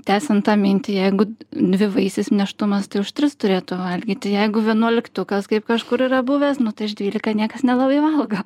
tęsiant tą mintį jeigu dvivaisis nėštumas tai už tris turėtų valgyti jeigu vienuoliktukas kaip kažkur yra buvęs nu tai už dvylika niekas nelabai valgo